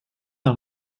are